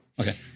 Okay